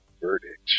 verdict